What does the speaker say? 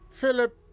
Philip